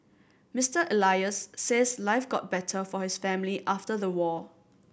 Mister Elias says life got better for his family after the war